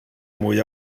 mwy